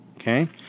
Okay